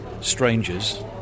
strangers